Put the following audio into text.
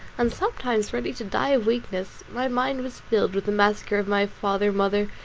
and sometimes ready to die of weakness, my mind was filled with the massacre of my father, mother,